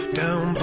down